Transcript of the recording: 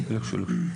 יש שם כבר 40 או 80